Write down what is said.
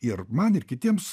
ir man ir kitiems